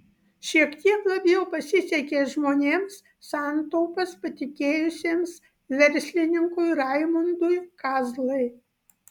šiek tiek labiau pasisekė žmonėms santaupas patikėjusiems verslininkui raimundui kazlai